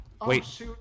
Wait